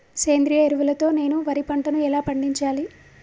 సేంద్రీయ ఎరువుల తో నేను వరి పంటను ఎలా పండించాలి?